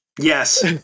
Yes